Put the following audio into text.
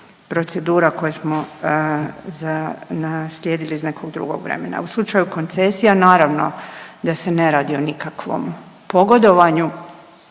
procedura koje smo naslijedili iz nekog drugog vremena. U slučaju koncesija naravno da se ne radi o nikakvom pogodovanju.